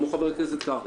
כמו חבר הכנסת קרעי.